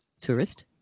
tourist